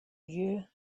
you